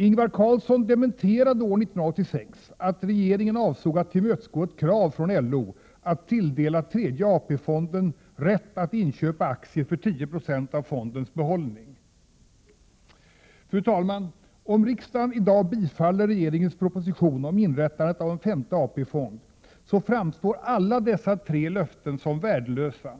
Ingvar Carlsson dementerade år 1986 att regeringen avsåg att tillmötesgå ett krav från LO att tilldela tredje AP-fonden rätt att inköpa aktier för 10 96 av fondens behållning. Fru talman! Om riksdagen i dag bifaller regeringens proposition om inrättande av en femte AP-fond, framstår alla dessa tre löften som värdelösa